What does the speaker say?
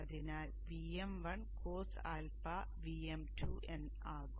അതിനാൽ Vm1cosα Vm2 ആകും